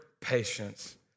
patience